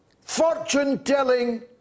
fortune-telling